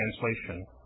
translation